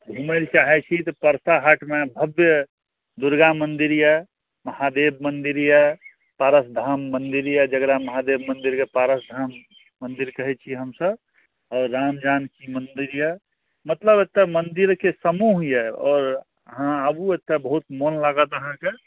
घुमै लऽ चाहैत छी तऽ परसा हाटमे भब्य दुर्गा मन्दिर यऽ महादेव मन्दिर यऽ पारसधाम मन्दिर यऽ जकरा महादेब मंदिरके पारसधाम मन्दिर कहैत छी हमसब आओर रामजानकी मन्दिर यऽ मतलब एतऽ मंदिरके समूह यऽ आओर अहाँ आबू एतऽ बहुत मन लागत अहाँके